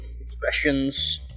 expressions